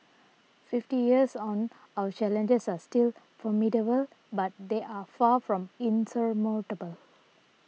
fifty years on our challenges are still formidable but they are far from insurmountable